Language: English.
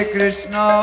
Krishna